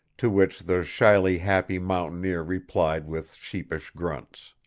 to which the shyly happy mountaineer replied with sheepish grunts.